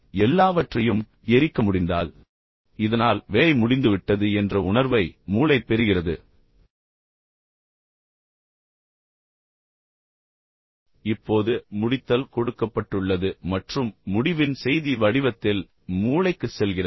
எல்லாவற்றையும் எரிக்க முடிந்தால் இதனால் வேலை முடிந்துவிட்டது என்ற உணர்வை மூளை பெறுகிறது இப்போது முடித்தல் கொடுக்கப்பட்டுள்ளது மற்றும் முடிவின் செய்தி வடிவத்தில் மூளைக்குச் செல்கிறது